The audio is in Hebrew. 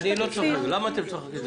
אני לא צוחק, למה אתם צוחקים?